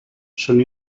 són